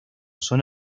son